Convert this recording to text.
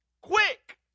quick